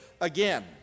again